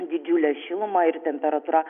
didžiulę šilumą ir temperatūra